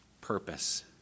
purpose